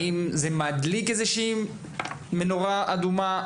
האם זה מדליק איזושהי נורה אדומה?